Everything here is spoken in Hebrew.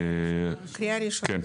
כן,